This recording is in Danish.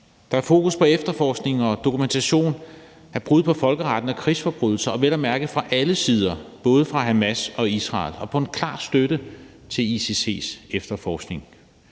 Der er fokus på efterforskning og dokumentation af brud på folkeretten og af krigsforbrydelser, og det er vel at mærke i forhold til ting begået fra alle sider – både af Hamas og Israel – og der er fokus på en klar støtte til ICC's efterforskning.